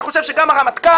אתה חושב שגם הרמטכ"ל,